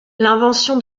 l’invention